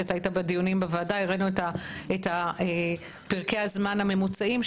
כי אתה היית בדיונים בוועדה הראנו את פרקי הזמן הממוצעים,